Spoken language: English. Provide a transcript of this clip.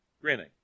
grinning